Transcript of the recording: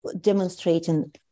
demonstrating